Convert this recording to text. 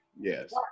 Yes